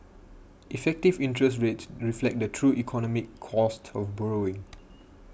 effective interest rates reflect the true economic cost of borrowing